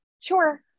sure